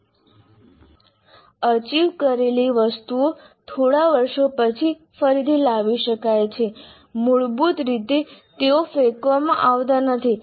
archive કરેલી વસ્તુઓ થોડા વર્ષો પછી ફરીથી લાવી શકાય છે મૂળભૂત રીતે તેઓ ફેંકવામાં આવતા નથી